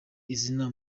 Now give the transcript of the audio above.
izina